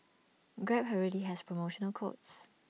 grab already has promotional codes